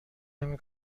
نمی